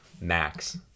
max